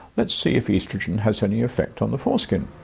let's see if oestrogen has any effect on the foreskin.